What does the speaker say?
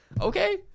okay